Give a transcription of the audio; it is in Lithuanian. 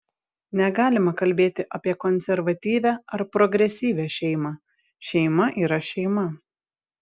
negalima kalbėti apie konservatyvią ar progresyvią šeimą šeima yra šeima